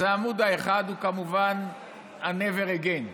אז העמוד האחד הוא כמובן never again,